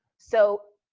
so,